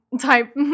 type